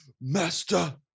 master